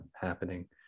happening